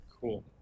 Cool